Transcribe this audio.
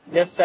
Yes